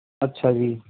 ਅੱਛਾ ਜੀ